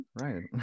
right